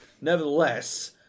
Nevertheless